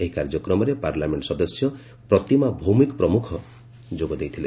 ଏହି କାର୍ଯ୍ୟକ୍ରମରେ ପାର୍ଲାମେଣ୍ଟ ସଦସ୍ୟ ପ୍ରତିମା ଭୌମିକ୍ ପ୍ରମୁଖ ଯୋଗ ଦେଇଥିଲେ